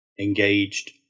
engaged